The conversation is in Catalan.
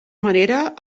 manera